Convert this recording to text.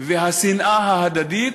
והשנאה ההדדית,